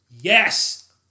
Yes